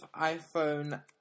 iPhone